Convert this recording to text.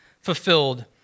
fulfilled